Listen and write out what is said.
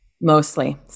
Mostly